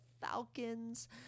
Falcons